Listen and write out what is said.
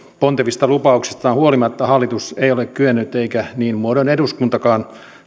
pontevista lupauksistaan huolimatta hallitus ei ole kyennyt eikä niin muodoin eduskuntakaan